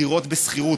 דירות בשכירות,